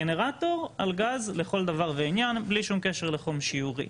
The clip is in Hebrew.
זה גנרטור על גז לכל דבר ועניין בלי כל קשר לחום שיורי.